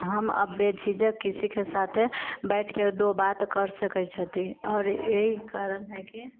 हम अब बेझिझक किसीके साथे बैठके दू बात कर सकैत छी आओर एहि कारण हइ कि